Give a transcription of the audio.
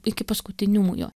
iki paskutiniųjų